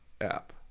app